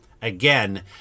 again